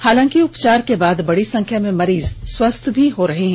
हालांकि उपचार के बाद बड़ी संख्या में मरीज स्वस्थ भी हो रहे हैं